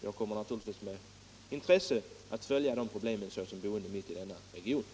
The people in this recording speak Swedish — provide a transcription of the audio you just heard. Jag kommer naturligtvis med intresse att följa problemen såsom boende mitt i den aktuella regionen.